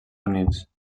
units